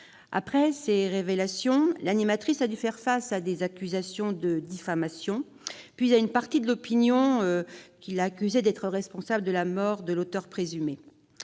Après ces révélations, l'animatrice a dû faire face à des accusations de diffamation. Une partie de l'opinion l'a même accusée d'être responsable de la mort de l'auteur présumé